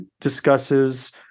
discusses